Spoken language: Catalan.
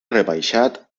rebaixat